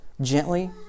Gently